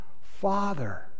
Father